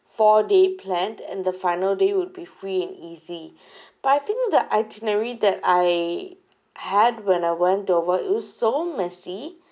four day plan and the final day would be free and easy but I think the itinerary that I had when I went over it was so messy